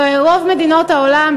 ברוב מדינות העולם,